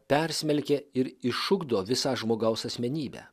persmelkė ir išugdo visą žmogaus asmenybę